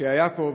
שהיה פה,